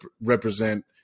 represent